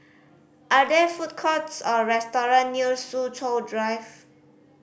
are there food courts or restaurant near Soo Chow Drive